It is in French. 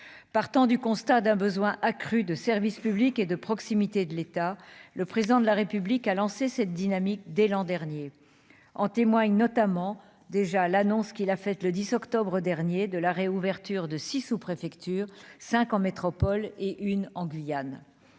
partant du constat d'un besoin accru de service public et de proximité de l'État, le président de la République a lancé cette dynamique dès l'an dernier en témoigne notamment déjà l'annonce qu'il a fait le 10 octobre dernier de la réouverture de 6 sous-préfecture : 5 en métropole et une en Guyane,